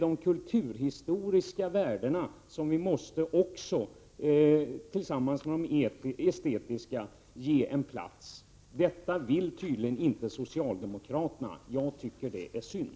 De kulturhistoriska värdena tillsammans med de estetiska måste ges en plats. Detta vill tydligen inte socialdemokraterna. Jag tycker att det är synd.